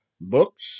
Books